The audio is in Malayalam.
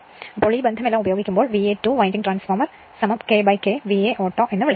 അതിനാൽ ഈ ബന്ധമെല്ലാം ഉപയോഗിക്കുമ്പോൾ VA 2 winding transformer KK VA ഓട്ടോഎന്ന് വിളിക്കും